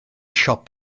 siop